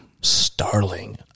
Starling